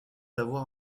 avoir